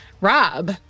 rob